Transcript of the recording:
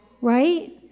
Right